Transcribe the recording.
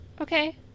okay